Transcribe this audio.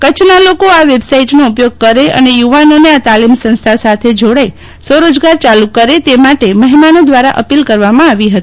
કચ્છના લોકો આ વેબસાઈટનો ઉપયોગ કરે અને યુવાનોને આ તાલીમ સંસ્થા સાથે જોડાઈ સ્વરોજગાર ચાલુ કરે તે માટે મહેમાનો દ્વારા અપીલ કરવામાં આવી હતી